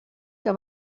que